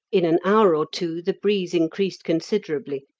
in an hour or two the breeze increased considerably,